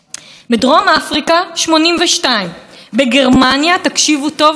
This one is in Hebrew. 206 חוקים נפסלו על ידי בית המשפט העליון.